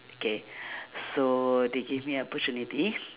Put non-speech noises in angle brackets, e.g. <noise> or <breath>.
okay <breath> so they give me opportunity